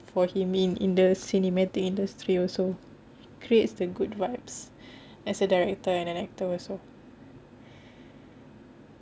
for him in in the cinematic industry also creates the good vibes as a director and an actor also